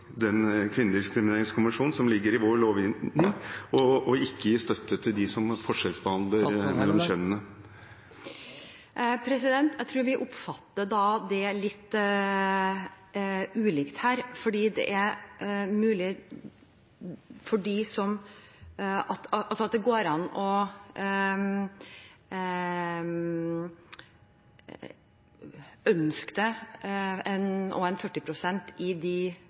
den forståelsen, og at det derved er en plikt for staten å følge opp sin egen lovgivning – altså Kvinnediskrimineringskonvensjonen, som ligger i vår lovgivning – og ikke gi støtte til dem som forskjellsbehandler kjønnene. Jeg tror vi oppfatter det litt ulikt her. Det går an å ønske at det skal være 40 pst. kvinner i